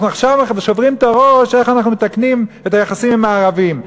אנחנו עכשיו שוברים את הראש איך אנחנו מתקנים את היחסים עם הערבים,